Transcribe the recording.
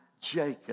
Jacob